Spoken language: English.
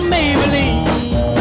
Maybelline